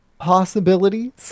possibilities